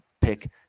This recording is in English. pick